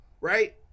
right